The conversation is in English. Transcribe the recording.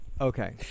Okay